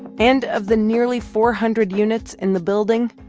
and of the nearly four hundred units in the building,